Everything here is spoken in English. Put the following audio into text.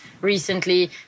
recently